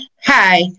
Hi